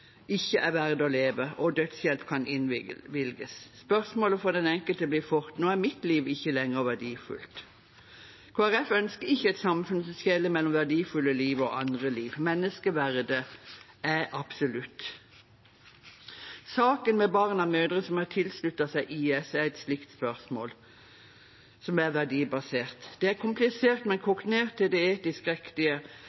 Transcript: ikke lenger er verdt å leve, og dødshjelp kan innvilges. Spørsmålet for den enkelte blir fort: Når er mitt liv ikke lenger verdifullt? Kristelig Folkeparti ønsker ikke et samfunn som skiller mellom verdifulle liv og andre liv. Menneskeverdet er absolutt. Saken med barn av mødre som har sluttet seg til IS, er et slikt spørsmål som er verdibasert. Det er komplisert, men